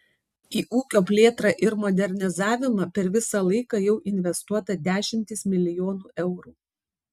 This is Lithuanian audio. į ūkio plėtrą ir modernizavimą per visą laiką jau investuota dešimtys milijonų eurų